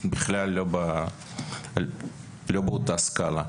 בכלל לא באותה סקאלה.